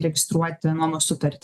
registruoti nuomos sutartis